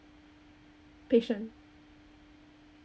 patient